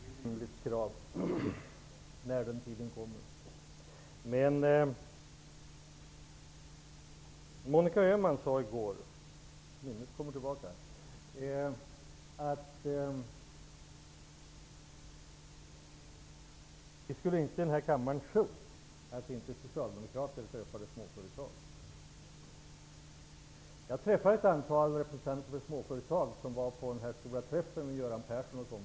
Fru talman! Det är ett rimligt krav när den tiden kommer. Monica Öhman sade i går att ledamöterna i kammaren inte skall tro att socialdemokrater inte träffar småföretagare. Jag träffade ett antal representanter för småföretag som varit på den stora träffen med Göran Persson & Co.